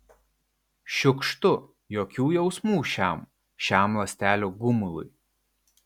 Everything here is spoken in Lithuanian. šiukštu jokių jausmų šiam šiam ląstelių gumului